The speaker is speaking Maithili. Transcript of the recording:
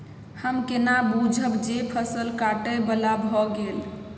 हम केना बुझब जे फसल काटय बला भ गेल?